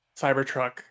Cybertruck